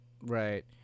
Right